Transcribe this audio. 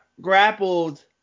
Grappled